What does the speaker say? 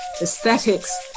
aesthetics